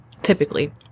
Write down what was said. Typically